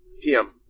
PM